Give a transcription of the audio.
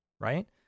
Right